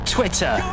Twitter